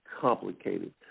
complicated